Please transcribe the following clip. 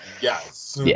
yes